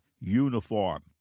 uniform